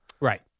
Right